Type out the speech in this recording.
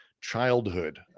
childhood